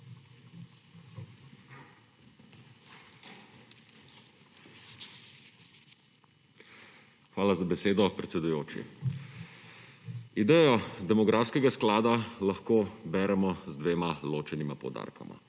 Hvala za besedo, predsedujoči. Idejo demografskega sklada lahko beremo z dvema ločenima poudarkoma.